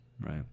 right